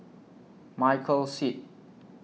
Michael Seet